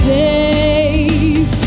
days